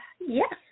yes